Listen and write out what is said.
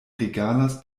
regalas